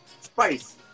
Spice